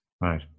right